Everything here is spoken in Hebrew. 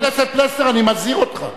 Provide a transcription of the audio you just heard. חבר הכנסת פלסנר, אני מזהיר אותך.